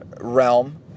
realm